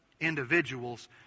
individuals